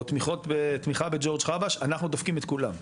או תמיכה בג'ורג חבאש אנחנו דופקים את כולם.